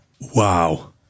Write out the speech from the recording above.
wow